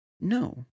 no